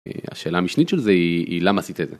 השאלה המשנית של זה היא למה עשית את זה.